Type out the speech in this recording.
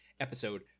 episode